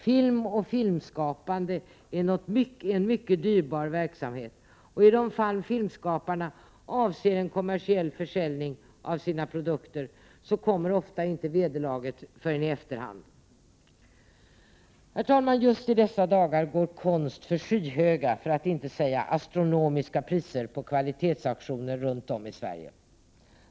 Film och filmskapande är en mycket dyrbar 25 april 1989 verksamhet, och i de fall filmskaparna avser en kommersiell försäljning av sin produkt kommer ofta inte ersättningen förrän i efterhand. Herr talman! Just i dessa dagar går konst för skyhöga för att inte säga astronomiska priser på kvalitetsauktioner runt om i Sverige.